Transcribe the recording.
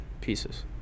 pieces